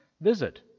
visit